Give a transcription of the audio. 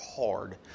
hard